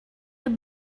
have